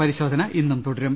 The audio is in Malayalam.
പരിശോധന ഇന്നും തുടരും